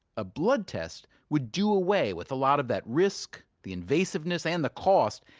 a blood test would do away with a lot of that risk, the invasiveness and the cause,